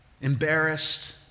embarrassed